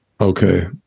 Okay